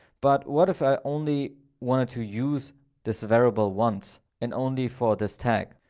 but what if i only wanted to use this variable once and only for this tag?